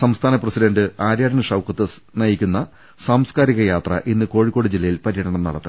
സംസ്ഥാന പ്രസിഡന്റ് ആര്യാടൻ ഷൌക്കത്ത് നയിക്കുന്ന സാംസ്ക്കാരിക യാത്ര ഇന്ന് കോഴിക്കോട് ജില്ലയിൽ പര്യടനം നടത്തും